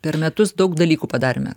per metus daug dalykų padarėme